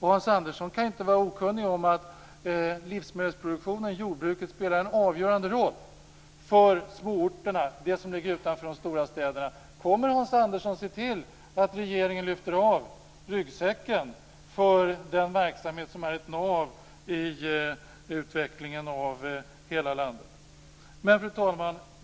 Hans Andersson kan ju inte vara okunnig om att livsmedelsproduktionen och jordbruket spelar en avgörande roll för småorterna, de som ligger utanför de stora städerna. Kommer Hans Andersson att se till att regeringen lyfter av ryggsäcken för den verksamhet som är ett nav i utvecklingen av hela landet? Fru talman!